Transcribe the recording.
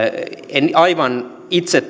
en aivan itse